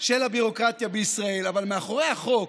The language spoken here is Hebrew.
של הביורוקרטיה בישראל, אבל מאחורי החוק